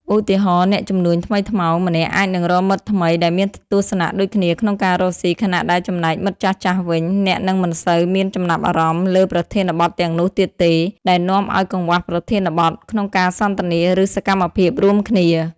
ឧទាហរណ៍ អ្នកជំនួញថ្មីថ្មោងម្នាក់អាចនឹងរកមិត្តថ្មីដែលមានទស្សនៈដូចគ្នាក្នុងការរកស៊ី ខណៈដែលចំណែកមិត្តចាស់ៗវិញ អាចនឹងមិនសូវមានចំណាប់អារម្មណ៍លើប្រធានបទទាំងនោះទៀតទេ ដែលនាំឱ្យកង្វះប្រធានបទក្នុងការសន្ទនា ឬសកម្មភាពរួមគ្នា។